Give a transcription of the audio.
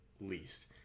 least